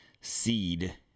seed